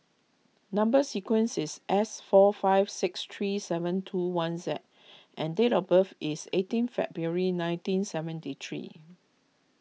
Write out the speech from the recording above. Number Sequence is S four five six three seven two one Z and date of birth is eighteen February nineteen seventy three